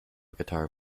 guitar